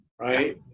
right